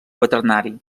quaternari